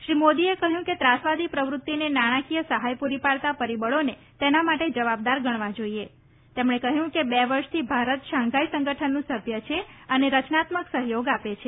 શ્રી મોદીએ કહ્યું કે ત્રાસવાદી પ્રવૃતિને નાણાકીય સહાય પૂરી પાડતાં પરિબળોને તેના માટે જવાબદાર ગણવા જાઇએ તેમણે કહ્યું કે બે વર્ષથી ભારત શાંઘાઇ સંગઠનનું સભ્ય છે અને રચનાત્મક સહયોગ આપે છે